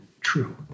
true